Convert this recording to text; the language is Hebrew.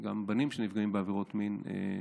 גם בנים נפגעים בעבירות מין,